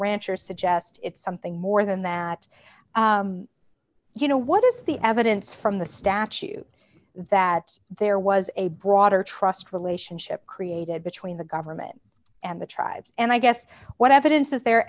rancher suggest it's something more than that you know what is the evidence from the statute that there was a broader trust relationship created between the government and the tribes and i guess what evidence is there